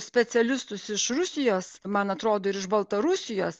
specialistus iš rusijos man atrodo ir iš baltarusijos